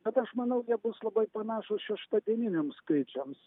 bet aš manau jie bus labai panašūs šeštadieniniams skaičiams